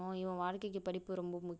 இவன் வாழ்க்கைக்கு படிப்பு ரொம்ப முக்கியம்